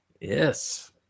Yes